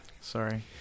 Sorry